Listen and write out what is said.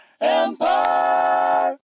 Empire